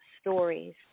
stories